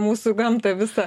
mūsų gamtą visą